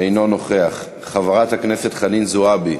חברת הכנסת חנין זועבי,